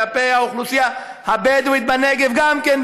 כלפי האוכלוסייה הבדואית בנגב גם כן,